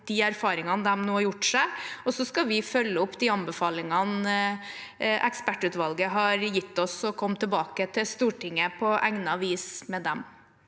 de erfaringene de nå gjort seg. Så skal vi følge opp de anbefalingene ekspertutvalget har gitt oss, og komme tilbake til Stortinget på egnet vis med dem.